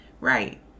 right